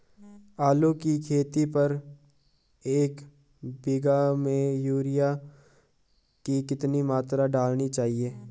आलू की खेती पर एक बीघा में यूरिया की कितनी मात्रा डालनी चाहिए?